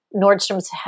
Nordstroms